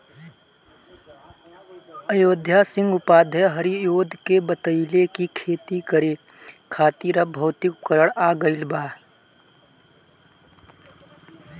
अयोध्या सिंह उपाध्याय हरिऔध के बतइले कि खेती करे खातिर अब भौतिक उपकरण आ गइल बा